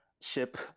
ship